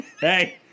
Hey